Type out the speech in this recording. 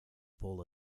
full